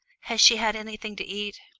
has she had anything to eat?